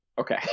Okay